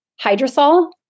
hydrosol